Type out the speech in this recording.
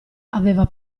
aveva